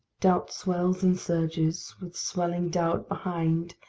doubt swells and surges, with swelling doubt behind!